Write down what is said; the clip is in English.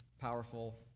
powerful